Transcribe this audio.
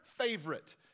favorite